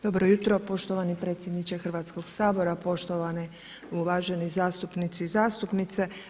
Dobro jutro poštovani predsjedniče Hrvatskoga sabora, poštovane uvažene zastupnice i zastupnici.